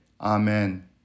Amen